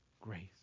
grace